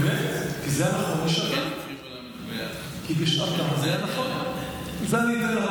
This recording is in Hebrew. אמת, כי זה היה נכון לשעתם.